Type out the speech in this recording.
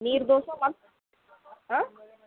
ನೀರು ದೋಸೆ ಮತ್ತು ಹಾಂ